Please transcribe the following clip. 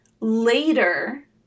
Later